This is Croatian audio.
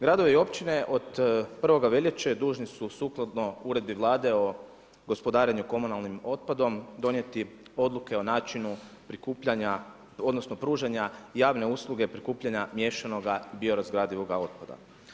Gradovi i općine od 1. veljače dužni su sukladno Uredbi Vlade o gospodarenju komunalnim otpadom donijeti odluke o načinu prikupljanja, odnosno pružanja javne usluge prikupljanja miješanoga biorazgradivoga otpada.